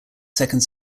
second